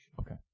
Okay